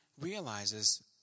realizes